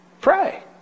pray